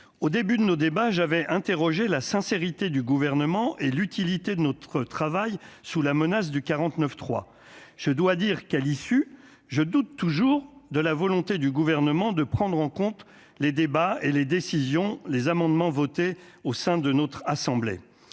au début de nos débats j'avais interrogé la sincérité du gouvernement et l'utilité de notre travail, sous la menace du 49 3, je dois dire qu'à l'issue, je doute toujours de la volonté du gouvernement de prendre en compte les débats et les décisions, les amendements votés au sein de notre assemblée,